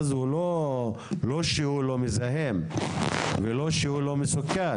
זה לא שהגז לא מזהם וזה לא שהוא לא מסוכן.